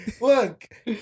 look